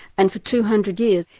and for two hundred years,